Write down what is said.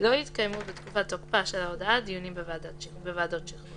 לא יתקיימו בתקופת תוקפה של ההודעה דיונים בוועדות השחרורים.